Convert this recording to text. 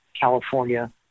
California